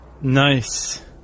Nice